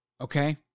Okay